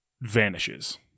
vanishes